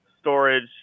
storage